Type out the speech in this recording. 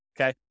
okay